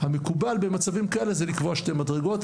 המקובל במצבים כאלה זה לקבוע שתי מדרגות,